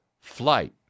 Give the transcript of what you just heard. flight